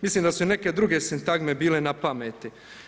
Mislim da su i neke druge sintagme bile na pameti.